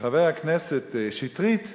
שחבר הכנסת שטרית אמר: